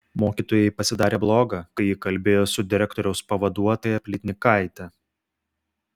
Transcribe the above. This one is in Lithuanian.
mokytojai pasidarė bloga kai ji kalbėjo su direktoriaus pavaduotoja plytnikaite